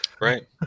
Right